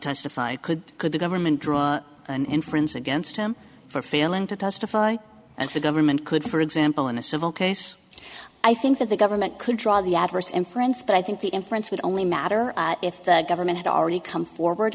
testify could could the government draw an inference against him for failing to testify and the government could for example in a civil case i think that the government could draw the adverse inference but i think the inference would only matter if the government had already come forward